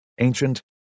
ancient